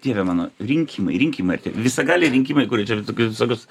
dieve mano rinkimai rinkimai artėja visagaliai rinkimai kurie čia tokius visokius